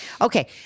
Okay